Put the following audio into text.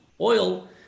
oil